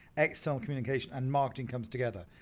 external communication and marketing comes together.